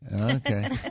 Okay